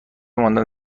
ماندن